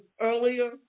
earlier